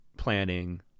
planning